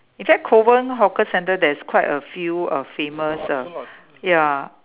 in fact Kovan hawker centre there's quite a few uh famous uh ya